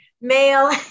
male